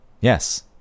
Yes